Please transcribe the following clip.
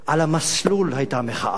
על המסלול היתה המחאה,